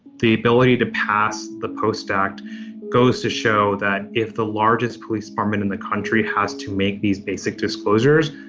the ability to pass the post act goes to show that if the largest police department in the country has to make these basic disclosures,